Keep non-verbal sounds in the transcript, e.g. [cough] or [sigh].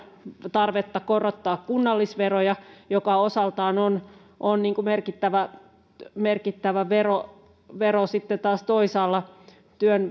tarvetta korottaa kunnallisveroa joka osaltaan on on merkittävä merkittävä vero vero sitten taas toisaalla työn [unintelligible]